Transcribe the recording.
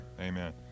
Amen